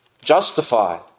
justified